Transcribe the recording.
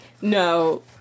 No